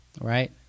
right